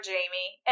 Jamie